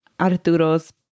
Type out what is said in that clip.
Arturo's